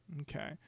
Okay